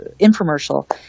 infomercial